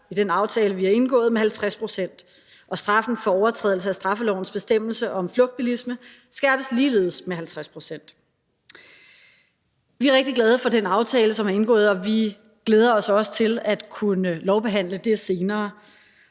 i den aftale, vi har indgået, med 50 pct., og straffen for overtrædelse af straffelovens bestemmelse om flugtbilisme skærpes ligeledes med 50 pct. Vi er rigtig glade for den aftale, som er indgået, og vi glæder os også til at kunne lovbehandle den senere.